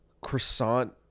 Croissant